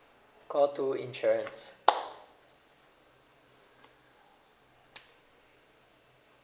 call two insurance